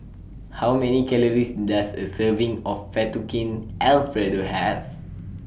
How Many Calories Does A Serving of Fettuccine Alfredo Have